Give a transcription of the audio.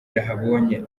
yahabonye